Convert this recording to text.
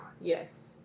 Yes